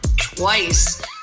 twice